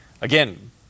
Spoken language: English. Again